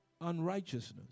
unrighteousness